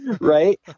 Right